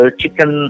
chicken